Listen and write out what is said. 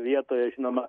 vietoje žinoma